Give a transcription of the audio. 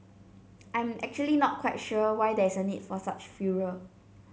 I'm actually not quite sure why there's a need for such furor